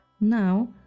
Now